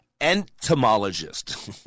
entomologist